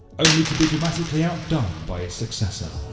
only to be dramatically outdone by its successor.